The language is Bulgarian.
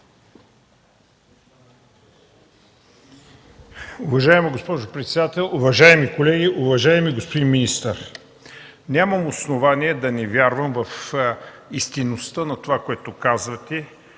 Уважаема госпожо председател, уважаеми колеги! Уважаеми господин министър, нямам основание да не вярвам в истинността на това, което казвате.